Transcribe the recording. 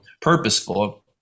purposeful